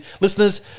listeners